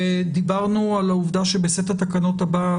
דיברנו על העובדה שבסט התקנות הבא,